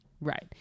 Right